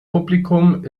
publikum